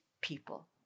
people